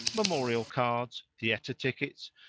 memorial cards, theatre tickets,